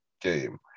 game